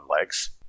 legs